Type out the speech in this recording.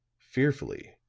fearfully,